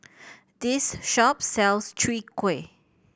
this shop sells Chwee Kueh